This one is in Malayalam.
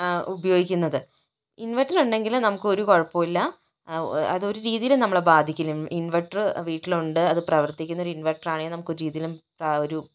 ഉപയോഗിക്കുന്നത് ഇൻവെർട്ടർ ഉണ്ടെങ്കിൽ നമുക്ക് ഒരു കുഴപ്പവുമില്ല അതൊരു രീതിയിലും നമ്മുടെ ബാധിക്കില്ല ഇൻവർട്ടർ വീട്ടിലുണ്ട് അത് പ്രവർത്തിക്കുന്ന ഒരു ഇൻവെർട്ടർ ആണ് നമുക്ക് ഒരു രീതിയിലും ആ ഒരു